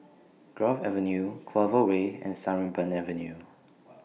Grove Avenue Clover Way and Sarimbun Avenue